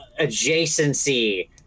adjacency